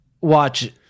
watch